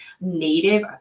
native